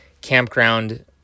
campground